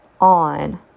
On